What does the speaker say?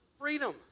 freedom